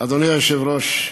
אדוני היושב-ראש,